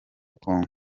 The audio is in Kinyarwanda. kongo